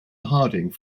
harding